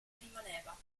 rimaneva